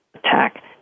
attack